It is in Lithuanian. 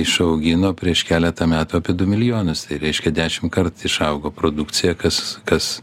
išaugino prieš keletą metų apie du milijonus tai reiškia dešim kart išaugo produkcija kas kas